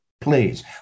please